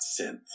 synth